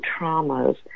traumas